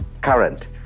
current